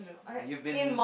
you've been